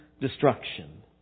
destruction